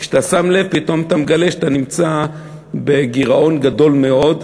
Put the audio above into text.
וכשאתה שם לב פתאום אתה מגלה שאתה נמצא בגירעון גדול מאוד.